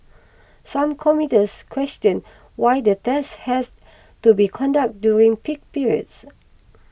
some commuters questioned why the tests has to be conducted during peak pirates